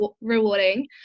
rewarding